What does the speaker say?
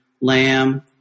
lamb